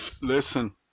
Listen